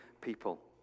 people